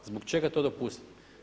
Zbog čega to dopustiti?